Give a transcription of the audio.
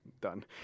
Done